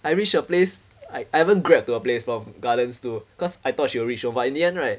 I reach her place I haven't Grab to her place from gardens to cause I thought she will reach home but in the end right